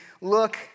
look